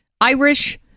Irish